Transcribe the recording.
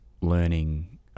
learning